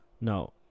No